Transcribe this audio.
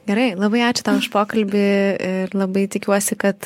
gerai labai ačiū tau už pokalbį ir labai tikiuosi kad